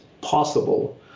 possible